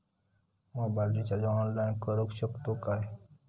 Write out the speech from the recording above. Mobile recharge online करुक शकतू काय?